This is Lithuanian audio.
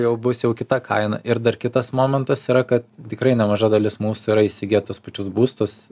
jau bus jau kita kaina ir dar kitas momentas yra kad tikrai nemaža dalis mūsų yra įsigiję tuos pačius būstus